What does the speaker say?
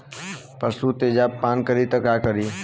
पशु तेजाब पान करी त का करी?